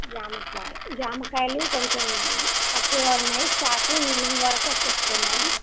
జామకాయ జామకాయలు కొంచెం తక్కువగా ఉన్నాయి స్టాక్ ఈవినింగ్ వరకు వచ్చేస్తది మ్యాడమ్